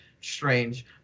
strange